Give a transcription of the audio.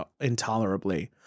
intolerably